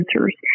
answers